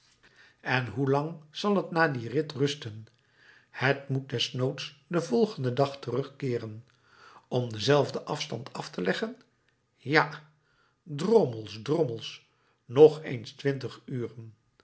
en hoelang zal het na dien rit rusten het moet desnoods den volgenden dag terugkeeren om denzelfden afstand af te leggen ja drommels drommels nog eens twintig uren